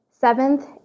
Seventh